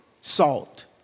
salt